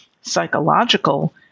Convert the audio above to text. psychological